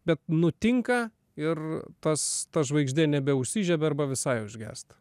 bet nutinka ir tas ta žvaigždė nebeužsižiebia arba visai užgesta